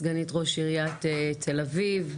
סגנית ראש עיריית תל אביב.